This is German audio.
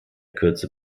kürze